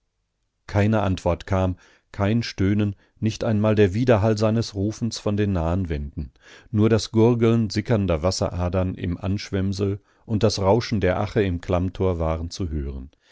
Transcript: keine antwort kam kein stöhnen nicht einmal der widerhall seines rufens von den nahen wänden nur das gurgeln sickernder wasseradern im anschwemmsel und das rauschen der ache im klammtor waren zu hören